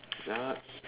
ya